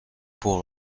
pour